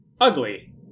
Ugly